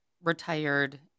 retired